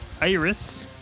iris